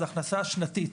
היא הכנסה שנתית.